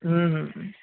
হুম হুম হুম